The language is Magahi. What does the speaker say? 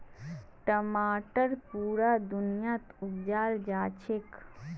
टमाटर पुरा दुनियात उपजाल जाछेक